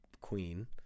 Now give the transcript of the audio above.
queen